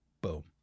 boom